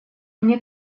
мне